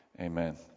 Amen